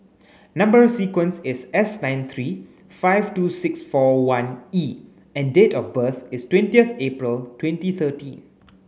number sequence is S nine three five two six four one E and date of birth is twentieth April twenty thirteen